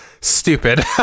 stupid